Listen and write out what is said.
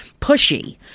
pushy